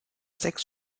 sechs